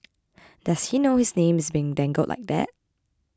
does he know his name is being dangled like that